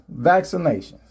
vaccinations